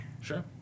Sure